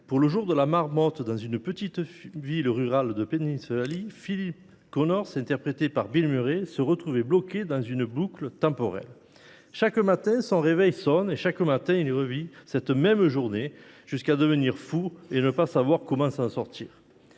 février, jour de la marmotte dans une petite ville rurale de Pennsylvanie, Phil Connors, interprété par Bill Murray, se retrouve piégé dans une boucle temporelle. Chaque matin, son réveil sonne et il revit toujours la même journée, jusqu’à devenir fou de ne pas savoir comment s’en sortir.